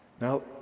Now